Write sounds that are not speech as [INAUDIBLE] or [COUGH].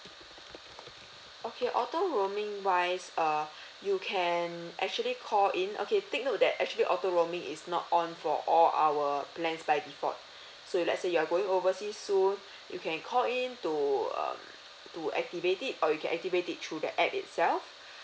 okay auto roaming wise uh [BREATH] you can actually call in okay take note that actually auto roaming is not on for all our plans by default [BREATH] so if let's say you are going overseas soon [BREATH] you can call in to um to activate it or you can activate it through the app itself [BREATH]